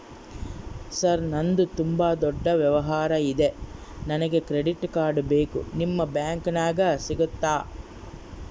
Sir ನಂದು ತುಂಬಾ ದೊಡ್ಡ ವ್ಯವಹಾರ ಇದೆ ನನಗೆ ಕ್ರೆಡಿಟ್ ಕಾರ್ಡ್ ಬೇಕು ನಿಮ್ಮ ಬ್ಯಾಂಕಿನ್ಯಾಗ ಸಿಗುತ್ತಾ?